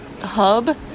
hub